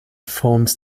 forms